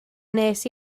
wnes